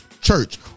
Church